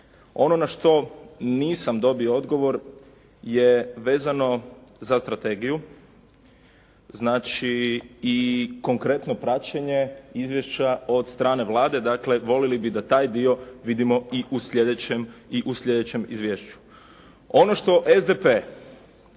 Ono na što nisam dobio odgovor je vezano za strategiju, znači i konkretno praćenje izvješća od strane Vlade. Dakle, voljeli bi da taj dio vidimo i u sljedećem izvješću.